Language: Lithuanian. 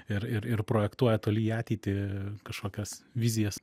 ir ir ir projektuoja toli į ateitį kažkokias vizijas